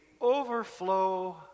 overflow